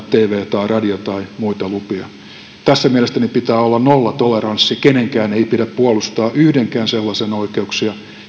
tv tai radio tai muita lupia joita ei voida kaikille antaa tässä mielestäni pitää olla nollatoleranssi kenenkään ei pidä puolustaa yhdenkään sellaisen oikeuksia